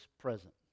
present